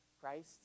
Christ